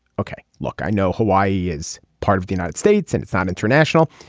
okay look i know hawaii is part of the united states and sound international.